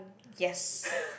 yes